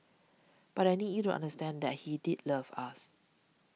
but I need you to understand that he did love us